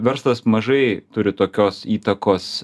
verslas mažai turi tokios įtakos